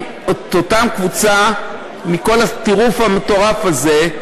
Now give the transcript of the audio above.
את כל הקבוצה מכל הטירוף המטורף הזה.